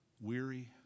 Weary